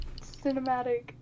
...cinematic